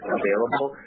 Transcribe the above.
available